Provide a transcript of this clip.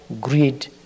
greed